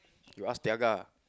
you ask Tiaga